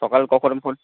সকাল কখন